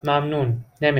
ممنون، نمی